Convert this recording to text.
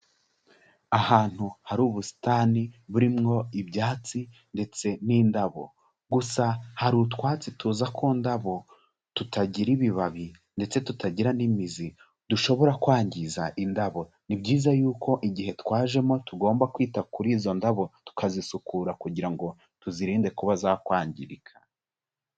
Ahantu hari ubusitani burimwo ibyatsi ndetse n'indabo, gusa hari utwatsi tuza ku ndabo tutagira ibibabi ndetse tutagira n'imizi dushobora kwangiza indabo, ni byiza yuko igihe twajemo tugomba kwita kuri izo ndabo, tukazisukura kugira ngo tuzirinde kuba zakwangirika.